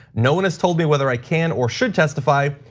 no one has told me whether i can or should testify,